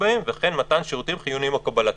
בהם וכן מתן שירותים חיוניים או קבלתם".